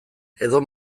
edo